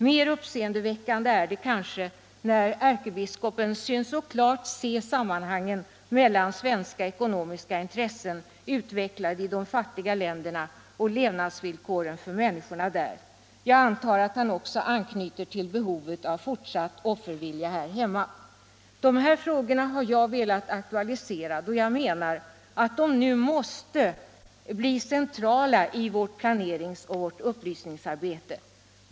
Mer uppseendeväckande är det när ärkebiskopen synes så klart se sammanhangen mellan svenska ekonomiska intressen utvecklade i de fattiga länderna och levnadsvillkoren för människorna där. Jag antar att han också anknyter till behovet av fortsatt offervilja här hemma. Dessa frågor har jag velat aktualisera, då jag menar att de nu måste bli centrala i vårt planeringsoch upplysningsarbete.